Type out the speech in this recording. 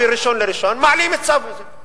ב-1 בינואר, מעלים את צו, .